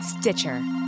Stitcher